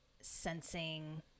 sensing